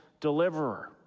deliverer